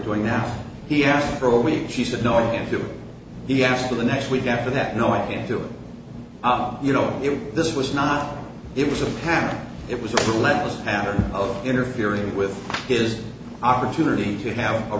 doing now he asked for a week she said no i can't do it he asked for the next week after that no i can't do it you know if this was not it was a plan it was relentless pattern of interfering with his opportunity you have a